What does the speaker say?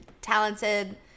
talented